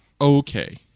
okay